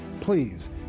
please